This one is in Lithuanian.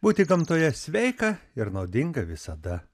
būti gamtoje sveika ir naudinga visada